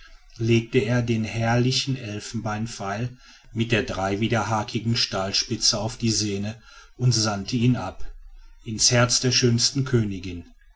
legte er den herrlichen elfenbeinpfeil mit der dreiwiderhakigen stahlspitze auf die sehne und sandte ihn ab ins herz der schönsten königin